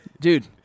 Dude